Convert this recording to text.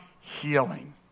healing